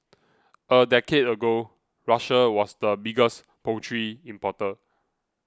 a decade ago Russia was the biggest poultry importer